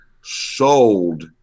sold